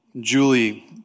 Julie